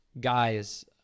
guys